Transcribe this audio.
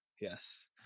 yes